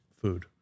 food